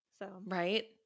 Right